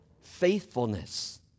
Faithfulness